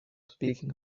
speaking